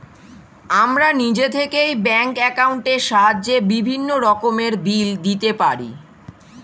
আমরা নিজে থেকেই ব্যাঙ্ক অ্যাকাউন্টের সাহায্যে বিভিন্ন রকমের বিল দিতে পারি